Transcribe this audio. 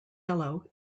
yellow